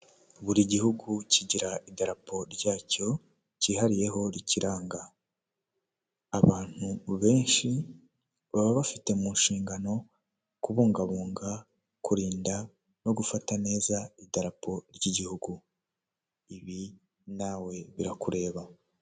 Buri gihugu kigira idaraporo ryacyo cyihariyeho rikiranga abantu benshi baba bafite mu nshingano kubungabunga kurinda no gufata neza idarapo ry'igihugu ibi nawe birakureba .